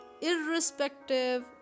irrespective